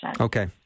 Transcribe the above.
Okay